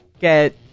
get